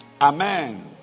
Amen